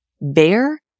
bear